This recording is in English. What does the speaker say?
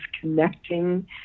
connecting